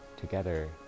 together